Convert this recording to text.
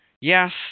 Yes